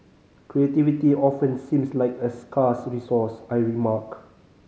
creativity often seems like a scarce resource I remark